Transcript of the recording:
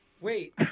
wait